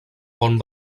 pont